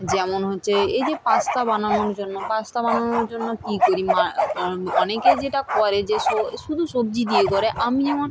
যেমন হচ্ছে এই যে পাস্তা বানানোর জন্য পাস্তা বানানোর জন্য কী করি অনেকে যেটা করে যে শুধু সবজি দিয়ে করে আমি যেমন